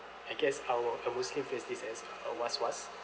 I guess our a muslim says this as uh was-was